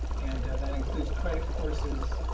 and that includes credit courses,